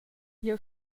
jeu